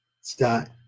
start